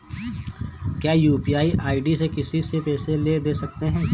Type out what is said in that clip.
क्या UPI ID से किसी से भी पैसे ले दे सकते हैं?